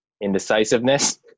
Indecisiveness